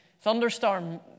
Thunderstorm